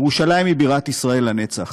ירושלים היא בירת ישראל לנצח,